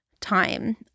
time